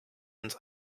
ins